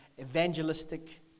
evangelistic